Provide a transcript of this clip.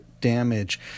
damage